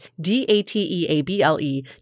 D-A-T-E-A-B-L-E